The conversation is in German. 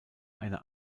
einer